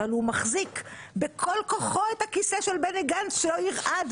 אבל הוא מחזיק בכל כוחו את הכיסא של בני גנץ שלא ירעד,